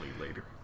later